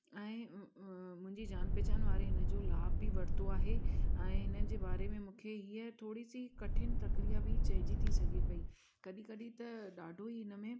ऐं मुंहिंजी जान पहचान वारे हिनजो लाभ बि वरितो आहे ऐं हिनजे बारे में मूंखे इअं थोरीसीं कठिन प्रक्रिया बि चइजी थी सघे पेई कॾहिं कॾहिं त ॾाढो ई हिन में